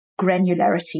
granularity